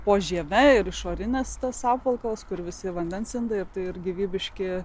po žieve ir išorinės tas apvalkalas kur visi vandens indai ir gyvybiški